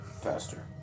faster